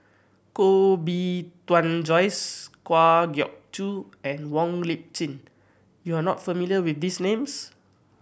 Koh Bee Tuan Joyce Kwa Geok Choo and Wong Lip Chin you are not familiar with these names